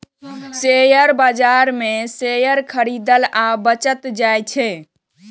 share बाजार मे share खरीदल आ बेचल जाइ छै